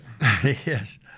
yes